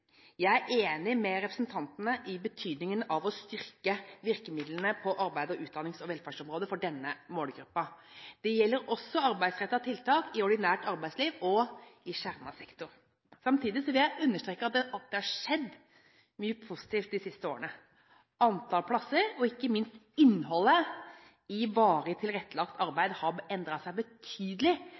Jeg er enig med representantene i betydningen av å styrke virkemidlene på arbeids-, utdannings- og velferdsområdet for denne målgruppen. Det gjelder også arbeidsrettede tiltak i ordinært arbeidsliv og i skjermet sektor. Samtidig vil jeg understreke at det har skjedd mye positivt de siste årene. Antall plasser og ikke minst innholdet i varig tilrettelagt arbeid har endret seg betydelig